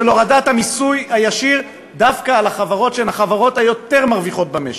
של הורדת המס הישיר דווקא לחברות שהן החברות היותר-מרוויחות במשק.